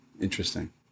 Interesting